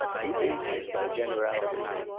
he answers by generalities.